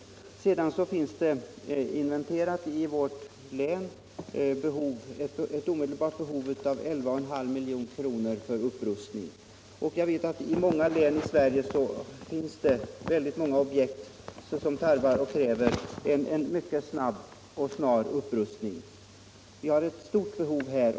I Älvsborgs län visar en inventering att det föreligger ett omedelbart behov av 11.5 milj.kr.för upprustning av värdefullt kulturell bebyggelse. I många län i Sverige är situationen likartad.